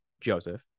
Joseph